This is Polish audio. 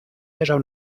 leżał